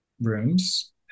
rooms